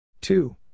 two